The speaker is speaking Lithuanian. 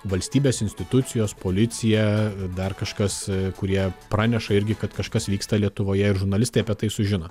valstybės institucijos policija dar kažkas kurie praneša irgi kad kažkas vyksta lietuvoje ir žurnalistai apie tai sužino